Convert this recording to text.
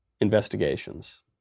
investigations